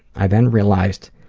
i then realized,